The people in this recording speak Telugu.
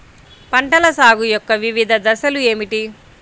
పంటల సాగు యొక్క వివిధ దశలు ఏమిటి?